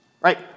Right